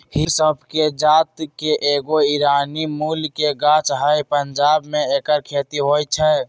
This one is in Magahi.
हिंग सौफ़ कें जात के एगो ईरानी मूल के गाछ हइ पंजाब में ऐकर खेती होई छै